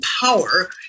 power